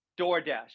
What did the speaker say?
DoorDash